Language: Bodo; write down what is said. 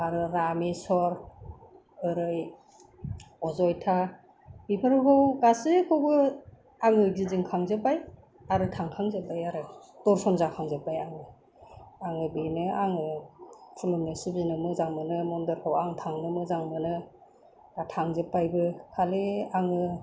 आरो रामेश्वर ओरै अजथ्या बेफोरखोबो गासैखौबो आङो गिदिंखांजोब्बाय आरो थांखांजोब्बाय आरो दरशन जाखांजोब्बाय आङो बेनो आङो खुलुमनो सिबिनो मोजां मोनो मन्दिरफोराव आं थांनो मोजां मोनो दा थांजोब्बायबो खालि आङो